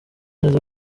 neza